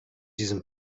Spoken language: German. diesem